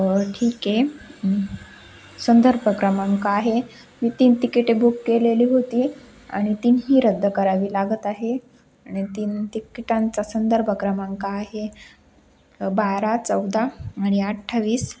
ठीक आहे संदर्भ क्रमांक आहे मी तीन तिकिटे बुक केलेली होती आणि तिन्ही रद्द करावी लागत आहे आणि तीन तिकिटांचा संदर्भ क्रमांक आहे बारा चौदा आणि अठ्ठावीस